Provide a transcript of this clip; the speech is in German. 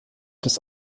des